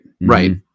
right